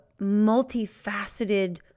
multifaceted